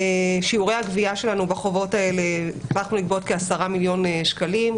שיעורי הגבייה שלנו בחובות האלה הצלחנו לגבות כ-10 מיליון שקלים,